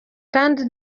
kandi